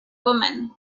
woman